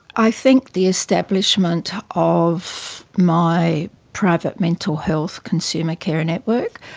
i think the establishment of my private mental health consumer carer network.